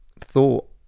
thought